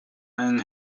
einen